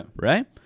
Right